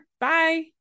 Bye